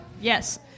yes